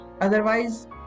Otherwise